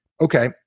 okay